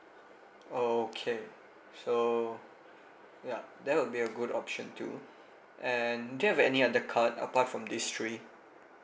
okay so yeah that would be a good option too and do you have any other card apart from these three